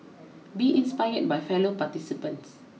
be inspired by fellow participants